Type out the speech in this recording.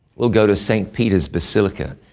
we'll go to st. peter's basilica.